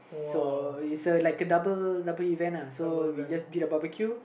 so is like a double double event lah so we just did a barbecue